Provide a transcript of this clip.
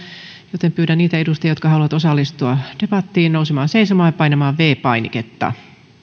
joten pyydän niitä edustajia jotka haluavat osallistua debattiin nousemaan seisomaan ja painamaan viides painiketta